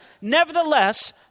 Nevertheless